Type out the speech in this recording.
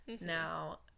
Now